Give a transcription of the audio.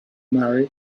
marry